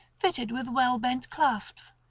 fitted with well-bent clasps,